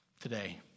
today